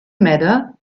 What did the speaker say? matter